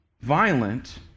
violent